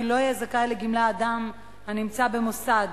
כי לא יהיה זכאי לגמלה אדם הנמצא במוסד